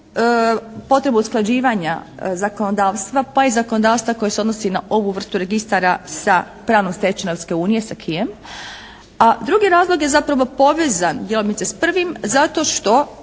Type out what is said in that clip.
potrebe usklađivanja zakonodavstva pa i zakonodavstva koji se odnosi na ovu vrstu registara sa pravnom stečevinom Europske unije sa aquiem, a drugi razlog je zapravo povezan djelomice s prvim zato što